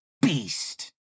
Beast